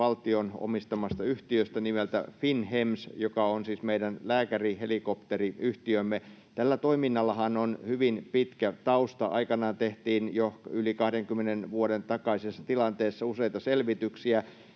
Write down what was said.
valtion omistamasta yhtiöstä nimeltä FinnHEMS, joka on siis meidän lääkärihelikopteriyhtiömme. Tällä toiminnallahan on hyvin pitkä tausta. Aikanaan, yli 20 vuoden takaisessa tilanteessa, tehtiin jo useita selvityksiä.